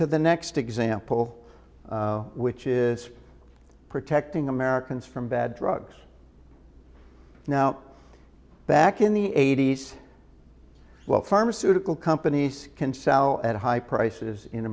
to the next example which is protecting americans from bad drugs now back in the eighty's well pharmaceutical companies can sell at high prices in